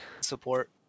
support